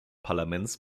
parlaments